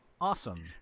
Awesome